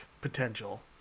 potential